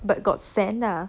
but got sand lah